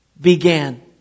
began